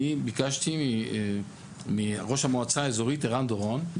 אני ביקשתי מראש המועצה האזורית ערן דורון,